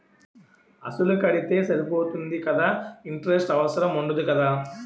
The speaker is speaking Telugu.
అసలు కడితే సరిపోతుంది కదా ఇంటరెస్ట్ అవసరం ఉండదు కదా?